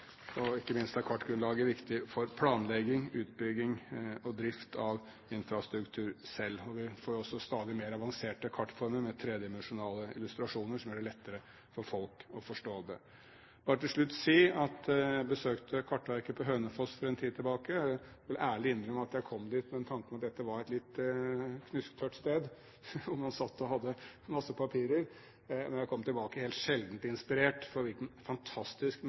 Og ikke minst er kartgrunnlaget viktig for planlegging, utbygging og drift av infrastruktur selv. Vi får jo også stadig mer avanserte kartformer med tredimensjonale illustrasjoner, som gjør det lettere for folk å forstå det. Jeg vil bare så si at jeg besøkte Kartverket på Hønefoss for en tid tilbake. Jeg skal ærlig innrømme at jeg kom dit med en tanke om at dette var et litt knusktørt sted, hvor man sitter med en masse papirer. Men jeg kom tilbake helt sjeldent inspirert, for hvilken fantastisk